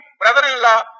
Brother-in-law